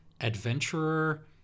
adventurer